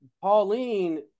Pauline